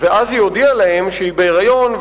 ואז היא הודיעה להם שהיא בהיריון,